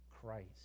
Christ